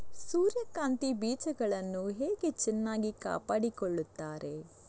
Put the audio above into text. ಸೂರ್ಯಕಾಂತಿ ಬೀಜಗಳನ್ನು ಹೇಗೆ ಚೆನ್ನಾಗಿ ಕಾಪಾಡಿಕೊಳ್ತಾರೆ?